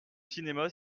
cinéma